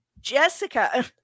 Jessica